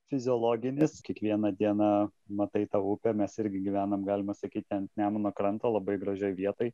fiziologinis kiekvieną dieną matai tą upę mes irgi gyvenam galima sakyti ant nemuno kranto labai gražioj vietoj